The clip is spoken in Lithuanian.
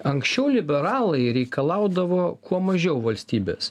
anksčiau liberalai reikalaudavo kuo mažiau valstybės